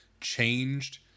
changed